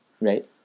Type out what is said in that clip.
Right